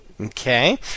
Okay